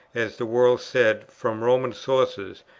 as the world said, from roman sources,